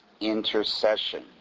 intercession